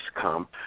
come